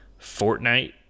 Fortnite